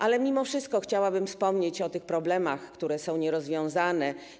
Ale mimo wszystko chciałabym wspomnieć o tych problemach, które są nierozwiązane.